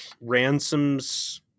Ransom's